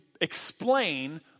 explain